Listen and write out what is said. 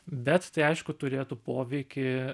bet tai aišku turėtų poveikį